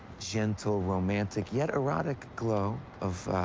gentle, romantic yet erotic glow of,